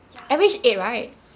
ya lor